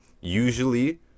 Usually